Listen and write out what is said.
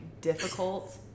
difficult